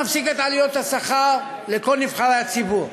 נפסיק את עליות השכר לכל נבחרי הציבור,